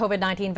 COVID-19